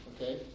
Okay